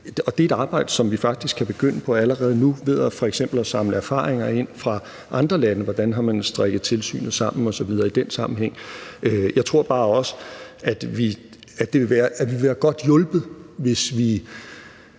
Det er et arbejde, som vi faktisk kan begynde på allerede nu ved f.eks. at samle erfaringer ind fra andre lande om, hvordan man dér har strikket tilsynet sammen osv. i den sammenhæng. Jeg tror bare også, at vi vil være godt hjulpet, hvis vi